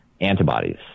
antibodies